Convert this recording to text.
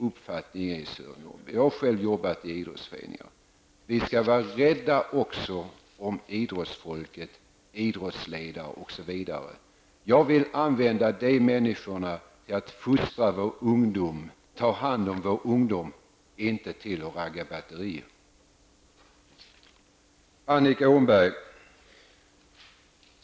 Jag har själv arbetat inom idrottsföreningar och min uppfattning är att vi skall vara rädda om idrottsfolket. Jag vill använda dessa människor till att fostra och ta hand om vår ungdom -- inte till att ragga batterier!